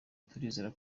turizera